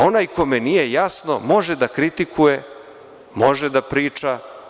Onaj kome nije jasno može da kritikuje, može da priča.